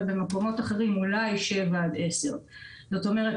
ובמקומות אחרים אולי 7 עד 10. כלומר,